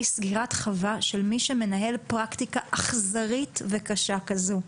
סגירת חווה של מי שמנהל פרקטיקה אכזרית וקשה כזו.